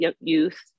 youth